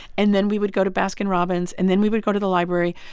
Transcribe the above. and then we would go to baskin-robbins, and then we would go to the library.